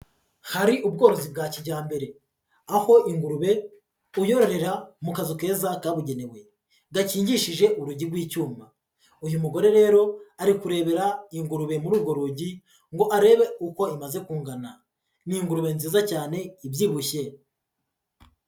Hari ubworozi bwa kijyambere, aho ingurube uyororera mu kazu keza kabugenewe gakingishije urugi rw'icyuma. Uyu mugore rero ari kurebera ingurube muri urwo rugi, ngo arebe uko imaze kungana. Ni ingurube nziza cyane ibyibushye.